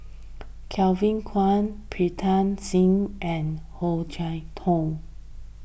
Kevin Kwan Pritam Singh and Oh Chai Hoo